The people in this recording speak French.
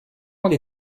monde